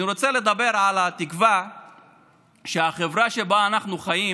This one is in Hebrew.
אני רוצה לדבר על התקווה שהחברה שבה אנחנו חיים